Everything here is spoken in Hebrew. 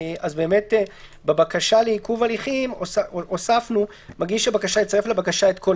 באמת בבקשה לעיכוב הליכים הוספנו: "מגיש הבקשה יצרף לבקשה את כל